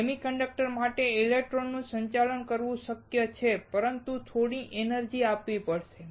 semiconductor માટે ઇલેક્ટ્રોનનું સંચાલન કરવું શક્ય છે પરંતુ આપણે થોડી એનર્જી આપવી પડશે